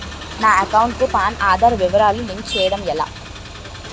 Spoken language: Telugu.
నా అకౌంట్ కు పాన్, ఆధార్ వివరాలు లింక్ చేయటం ఎలా?